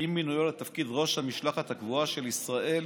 עם מינויו לתפקיד ראש המשלחת הקבועה של ישראל